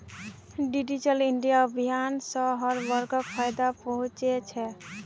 digital India अभियान स हर वर्गक फायदा पहुं च छेक